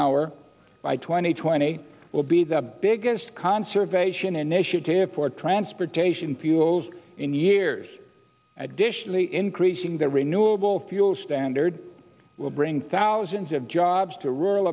hour by twenty twenty will be the biggest conservation initiative for transportation fuels in years additionally increasing the renewable fuel standard will bring thousands of jobs to rural